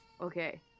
Okay